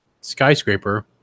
skyscraper